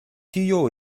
tio